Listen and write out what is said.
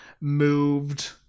moved